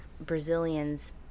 brazilians